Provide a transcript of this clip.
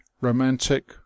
romantic